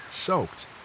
soaked